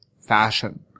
fashion